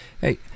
Hey